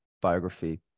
biography